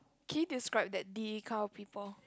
can you describe that D kind of people